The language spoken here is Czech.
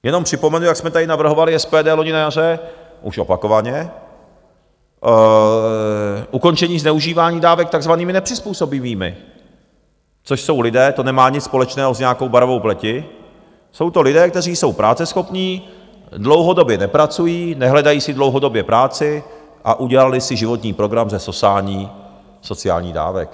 Jenom připomenu, jak jsme tady navrhovali, SPD, loni na jaře už opakovaně ukončení zneužívání dávek takzvanými nepřizpůsobivými, což jsou lidé to nemá nic společného s nějakou barvou pleti jsou to lidé, kteří jsou práceschopní, dlouhodobě nepracují, nehledají si dlouhodobě práci a udělali si životní program ze sosání sociálních dávek.